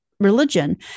religion